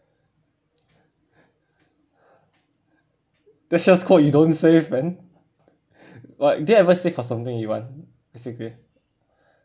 that's just called you don't save then but do you ever save for something you want basically